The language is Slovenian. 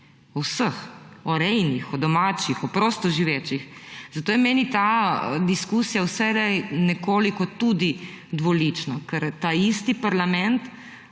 vseh. O rejnih, o domačih, o prostoživečih. Zato je meni ta diskusija vselej nekoliko tudi dvolična, ker taisti parlament,